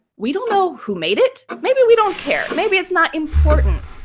we don't know who made it. maybe we don't care. maybe it's not important.